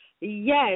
Yes